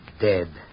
dead